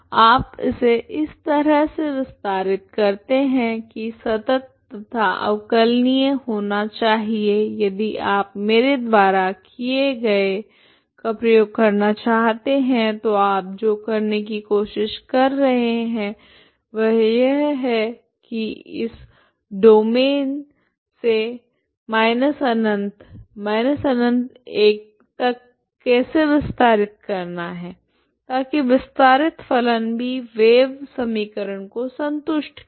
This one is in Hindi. आप इसे इस तरह से विस्तारित करते हैं कि संतत तथा अवकलनीय होना चाहिए यदि आप मेरे द्वारा किए गए का प्रयोग करना चाहते है तो आप जो करने की कोशिश कर रहे हैं वह यह है कि इस डोमैन ¿ से ∞∞ तक कैसे विस्तारित करना है ताकि विस्तारित फलन भी वेव समीकरण को संतुष्ट करे